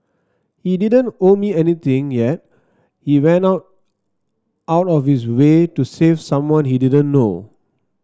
he didn't owe me anything yet he went out out of his way to save someone he didn't know